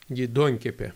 gi duonkepė